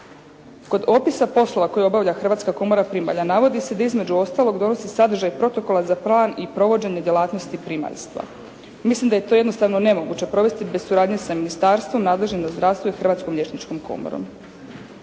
Kod opisa poslova koje obavlja Hrvatska komora primalja navodi se da između ostalog donosi sadržaj Protokola za plan i provođenje djelatnosti primaljstva. Mislim da je to jednostavno nemoguće provesti bez suradnje sa Ministarstvom nadležnim za zdravstvo i Hrvatskom liječničkom komorom.